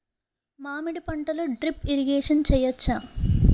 మామిడి పంటలో drip irrigation చేయచ్చా?